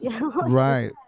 Right